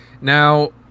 Now